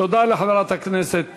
תודה לחברת הכנסת